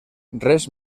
res